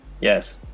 Yes